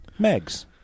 megs